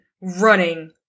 running